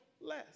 less